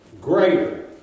Greater